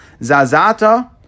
zazata